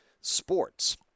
Sports